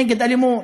נגד אלימות,